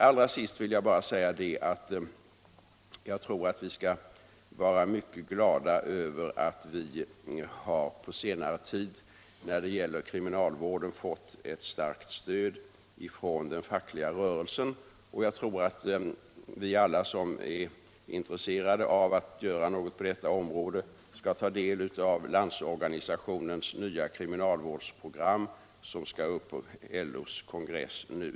Allra sist vill jag säga att vi skall vara mycket glada över att vi på senare tid när det gäller kriminalvården har fått ett starkt stöd från den fackliga rörelsen. Jag tycker att alla som är intresserade av att göra något på detta område skall ta del av det nya kriminalvårdsprogram som skall behandlas på LO:s kongress i juni.